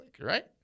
Right